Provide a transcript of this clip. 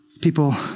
people